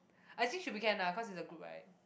I think should be can ah cause it's a group right